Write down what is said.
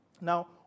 Now